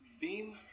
Beam